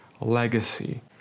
legacy